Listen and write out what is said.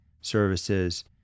services